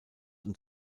und